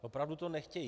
Opravdu to nechtějí.